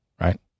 right